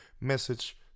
message